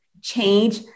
change